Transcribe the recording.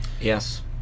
Yes